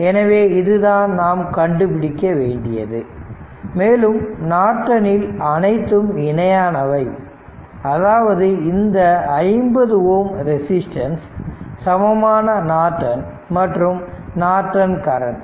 எனவே இதுதான் நாம் கண்டுபிடிக்க வேண்டியது மேலும் நார்டனில் அனைத்தும் இணையானவை அதாவது இந்த 50 ஓம் ரெசிஸ்டன்ஸ் சமமான நார்டன் மற்றும் நார்டன் கரண்ட்